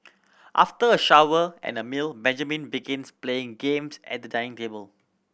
after a shower and a meal Benjamin begins playing games at the dining table